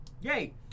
Yay